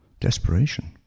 Desperation